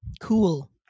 Cool